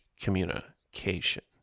communication